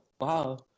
wow